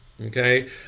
Okay